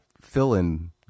fill-in